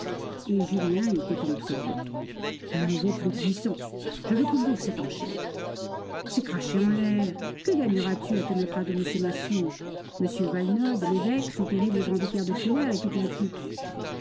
et julien était entre eux deux elle en vaut plus de huit cents je veux couvrir cette enchère c'est cracher en l'air que gagneras tu à te mettre à dos m maslon m valenod l'évêque son terrible grand vicaire de frilair et toute la clique